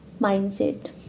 mindset